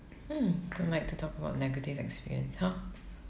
hmm don't like to talk about negative experience !huh!